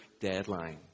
deadline